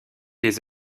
des